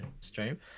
stream